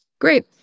great